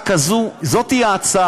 זאת ההצעה,